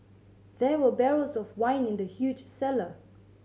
there were barrels of wine in the huge cellar